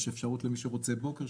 יש אפשרות למי שרוצה בוקר,